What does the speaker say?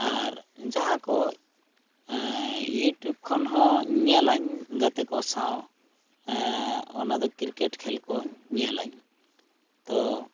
ᱟᱨ ᱡᱟᱦᱟᱸᱠᱚ ᱤᱭᱩᱴᱩᱵᱽ ᱠᱷᱚᱱᱦᱚᱸ ᱧᱮᱞᱟᱧ ᱜᱟᱛᱮᱠᱚ ᱥᱟᱶ ᱚᱱᱟᱫᱚ ᱠᱨᱤᱠᱮᱴ ᱠᱷᱮᱞᱠᱚᱧ ᱧᱮᱞᱟᱧ ᱛᱚ